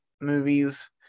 movies